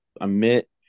emit